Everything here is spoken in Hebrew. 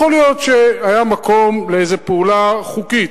יכול להיות שהיה מקום לאיזו פעולה חוקית.